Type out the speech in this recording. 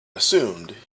assumed